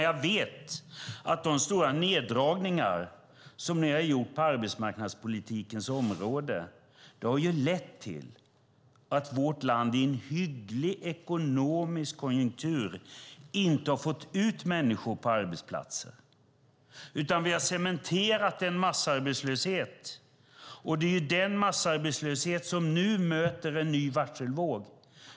Jag vet att de stora neddragningar som ni gjort på arbetsmarknadspolitikens område har lett till att vårt land i en hygglig ekonomisk konjunktur inte fått ut människor på arbetsplatser, utan vi har cementerat en massarbetslöshet. Det är den massarbetslösheten som nu möter en ny varselvåg.